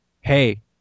Hey